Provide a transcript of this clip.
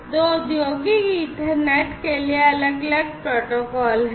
तो औद्योगिक Ethernet के लिए अलग अलग प्रोटोकॉल हैं